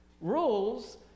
Rules